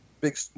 big